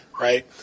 right